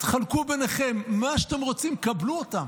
תחלקו ביניכם, מה שאתם רוצים, קבלו אותן.